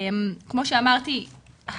כמו שאמרתי,